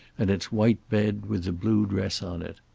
and its white bed with the blue dress on it.